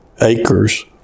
acres